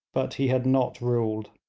but he had not ruled.